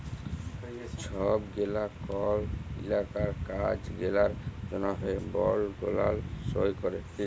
ছব গেলা কল ইলাকার কাজ গেলার জ্যনহে বল্ড গুলান সই ক্যরে